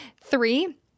three